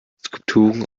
skulpturen